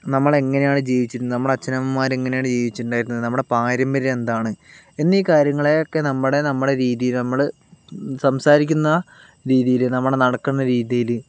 നമ്മൾ എങ്ങനെയാണ് ജീവിച്ചിരുന്നത് നമ്മുടെ അച്ഛനമ്മമാർ എങ്ങനെയാണ് ജീവിച്ചിട്ടുണ്ടായിരുന്നത് നമ്മുടെ പാരമ്പര്യം എന്താണ് എന്നീ കാര്യങ്ങളെ ഒക്കെ നമ്മുടെ നമ്മുടെ രീതിയിൽ നമ്മൾ സംസാരിക്കുന്ന രീതിയിൽ നമ്മൾ നടക്കുന്ന രീതിയിൽ